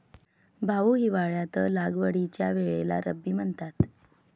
भाऊ, हिवाळ्यात लागवडीच्या वेळेला रब्बी म्हणतात